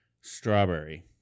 Strawberry